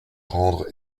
rendre